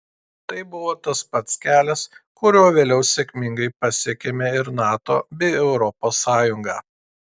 tai buvo tas pats kelias kuriuo vėliau sėkmingai pasiekėme ir nato bei europos sąjungą